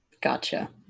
Gotcha